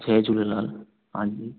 जय झूलेलाल हां जी